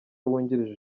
wungirije